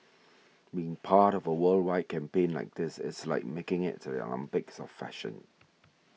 being part of a worldwide campaign like this it's like making it to the Olympics of fashion